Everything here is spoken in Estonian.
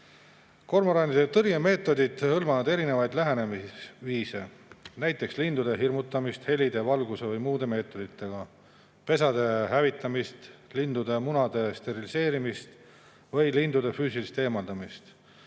Kormoranide tõrje meetodid hõlmavad erinevaid lähenemisviise, näiteks lindude hirmutamist heli, valguse või muu meetodiga, pesade hävitamist, lindude munade steriliseerimist või lindude füüsilist eemaldamist.